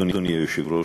אדוני היושב-ראש,